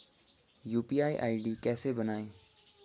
UPI ID कैसे बनाएं?